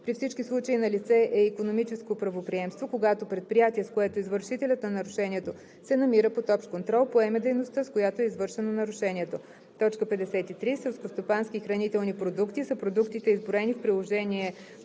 При всички случаи налице е икономическо правоприемство, когато предприятие, с което извършителят на нарушението се намира под общ контрол, поеме дейността, с която е извършено нарушението. 53. „Селскостопански и хранителни продукти“ са продуктите, изброени в приложение